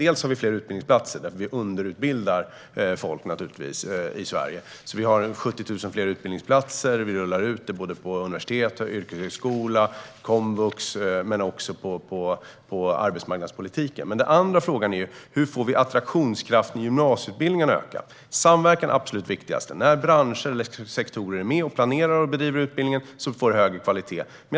Eftersom vi underutbildar folk i Sverige har vi 70 000 fler utbildningsplatser som vi rullar ut på universitet, yrkeshögskola, komvux och i arbetsmarknadspolitiken. Den andra frågan är hur vi får attraktionskraften i gymnasieutbildningen att öka. Samverkan är absolut viktigast. När branscher och sektorer är med och planerar och bedriver utbildningen blir kvaliteten högre.